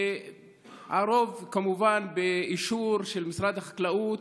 הרוב כמובן באישור של משרד החקלאות,